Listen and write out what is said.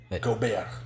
Gobert